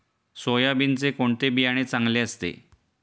सोयाबीनचे कोणते बियाणे चांगले असते?